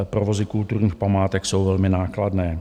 Provozy kulturních památek jsou velmi nákladné.